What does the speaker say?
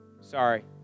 Sorry